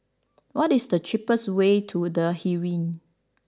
what is the cheapest way to The Heeren